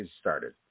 started